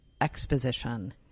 exposition